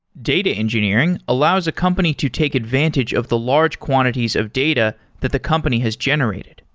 data engineering allows a company to take advantage of the large quantities of data that the company has generated.